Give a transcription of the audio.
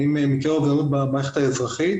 במקרה אובדנות במערכת האזרחית